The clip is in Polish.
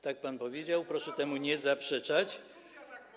Tak pan powiedział, proszę temu nie zaprzeczać.